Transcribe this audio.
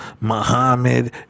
Muhammad